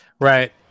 Right